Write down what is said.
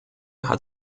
hat